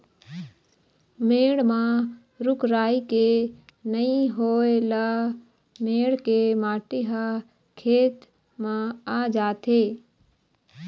मेड़ म रूख राई के नइ होए ल मेड़ के माटी ह खेत म आ जाथे